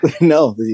no